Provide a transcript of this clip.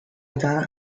eta